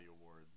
Awards